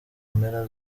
mpera